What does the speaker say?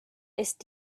ist